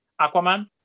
Aquaman